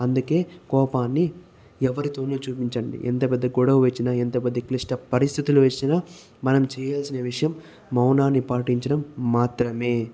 అందుకే కోపాన్ని ఎవరితో చూపించకండి ఎంత పెద్ద గొడవ వచ్చినా ఎంత పెద్ద క్లిష్ట పరిస్థితులు వచ్చినా మనం చేయాల్సిన విషయం మౌనాన్ని పాటించడం మాత్రమే